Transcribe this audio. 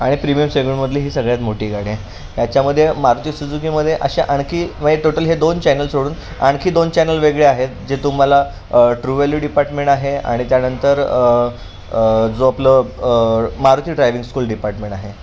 आणि प्रीमियम सेगमेंटमधली ही सगळ्यात मोठी गाडी आहे याच्यामध्ये मारुती सुजुकीमध्ये अशा आणखी म्हणजे टोटल हे दोन चॅनल सोडून आणखी दोन चॅनल वेगळे आहेत जे तुम्हाला ट्रू वॅल्यू डिपार्टमेंट आहे आणि त्यानंतर जो आपलं मारुती ड्रायविंग स्कूल डिपार्टमेंट आहे